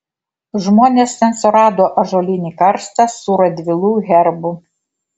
žmonės ten surado ąžuolinį karstą su radvilų herbu